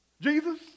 Jesus